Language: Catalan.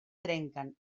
trenquen